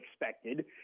expected